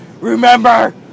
Remember